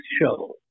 show